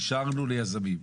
אישרנו ליזמים.